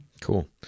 Cool